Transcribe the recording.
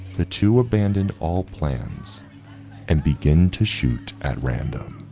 the two abandoned all plans and begin to shoot at random.